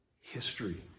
history